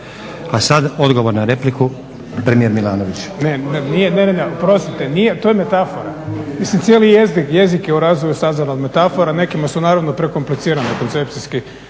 A sada, odgovor na repliku, premijer Milanović. **Milanović, Zoran (SDP)** Ne, ne, oprostite, nije, to je metafora. Mislim, cijeli jezik je u razvoju sazdan od metafora, nekima su naravno prekomplicirani koncepcijski